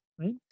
right